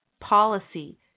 policy